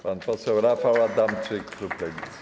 Pan poseł Rafał Adamczyk, klub Lewicy.